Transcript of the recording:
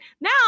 Now